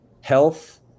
health